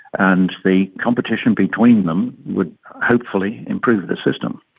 and the competition between them would hopefully improve the system.